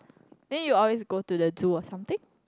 then you always go to the zoo or something